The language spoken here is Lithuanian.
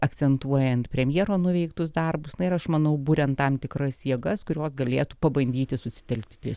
akcentuojant premjero nuveiktus darbus na ir aš manau buriant tam tikras jėgas kurios galėtų pabandyti susitelkti ties